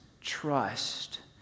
trust